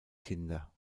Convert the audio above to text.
kinder